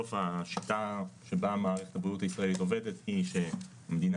בסוף השיטה שבה המערכת הישראלית עובדת היא שהמדינה